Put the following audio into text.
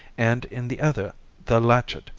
and in the other the latchet,